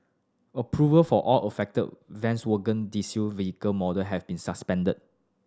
approval for all affected Volkswagen diesel vehicle model have been suspended